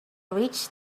reached